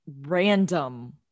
random